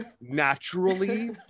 naturally